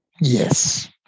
Yes